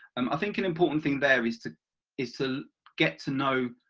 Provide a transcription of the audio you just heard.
um i think an important thing there is to is to get to know